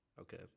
Okay